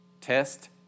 test